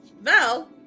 Val